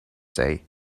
day